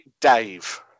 Dave